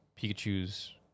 Pikachu's